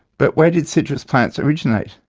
but where did citrus plants originate?